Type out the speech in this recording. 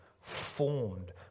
formed